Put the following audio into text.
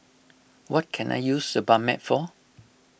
what can I use Sebamed for